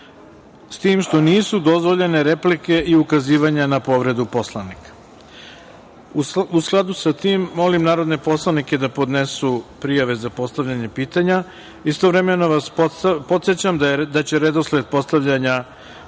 s tim što nisu dozvoljene replike i ukazivanja na povredu Poslovnika.U skladu sa tim molim narodne poslanike da podnesu prijave za postavljanje pitanja. Istovremeno vas podsećam da će redosled postavljanja